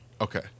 Okay